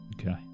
Okay